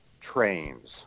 trains